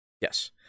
yes